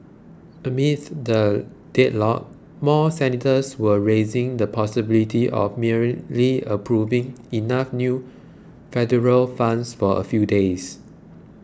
amid the deadlock more senators were raising the possibility of merely approving enough new federal funds for a few days